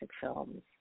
films